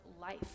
life